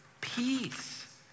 Peace